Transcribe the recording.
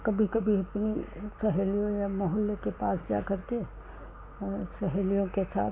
कभी कभी अपनी सहेली या मोहल्ले के पास जा करके सहेलियों के साथ